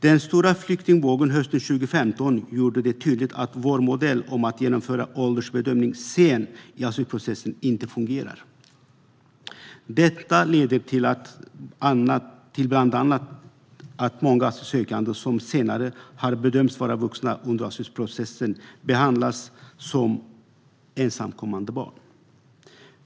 Den stora flyktingvågen hösten 2015 gjorde det tydligt att vår modell att genomföra åldersbedömning senare i asylprocessen inte fungerar. Detta leder bland annat till att många asylsökande, som senare bedöms vara vuxna, under asylprocessen behandlas som ensamkommande barn.